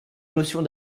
notions